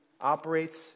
operates